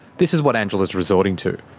this is what angela's resorting to.